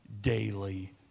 daily